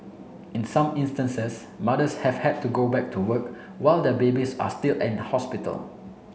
in some instances mothers have had to go back to work while their babies are still in hospital